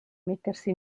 mettersi